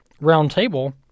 roundtable